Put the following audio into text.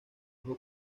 ojo